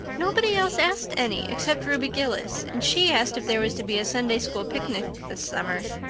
nobody else asked any except ruby gillis, and she asked if there was to be a sunday-school picnic this summer.